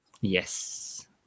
Yes